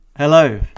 Hello